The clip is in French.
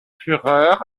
fureur